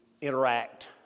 interact